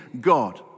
God